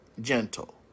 gentle